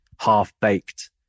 half-baked